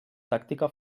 tàctica